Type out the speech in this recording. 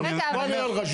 אז אני אומר --- מה נראה לך?